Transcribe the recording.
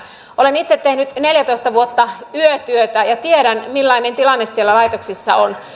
olen itse tehnyt neljätoista vuotta yötyötä ja tiedän millainen tilanne siellä laitoksissa on